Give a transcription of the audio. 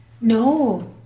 No